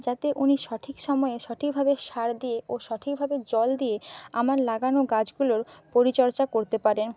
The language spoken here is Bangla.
যাতে উনি সঠিক সময়ে সঠিকভাবে সার দিয়ে ও সঠিকভাবে জল দিয়ে আমার লাগানো গাছগুলোর পরিচর্চা করতে পারেন